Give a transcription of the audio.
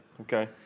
okay